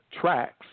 Tracks